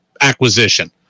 acquisition